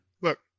Look